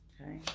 Okay